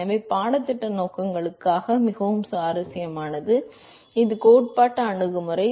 எனவே பாடத்திட்ட நோக்கங்களுக்காக மிகவும் சுவாரஸ்யமானது இது கோட்பாட்டு அணுகுமுறை